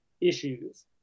issues